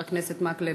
חבר הכנסת מקלב.